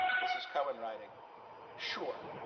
this is cohen writing sure.